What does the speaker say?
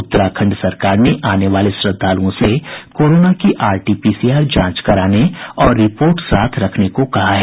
उत्तराखंड सरकार ने आने वाले श्रद्धालुओं से कोरोना की आरटीपीसीआर जांच कराने और रिपोर्ट साथ रखने को कहा है